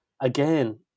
again